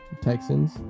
Texans